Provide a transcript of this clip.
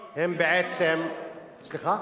סליחה?